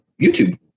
YouTube